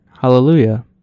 Hallelujah